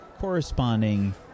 corresponding